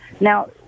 Now